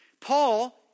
Paul